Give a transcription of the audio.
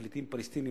פליטים פלסטינים,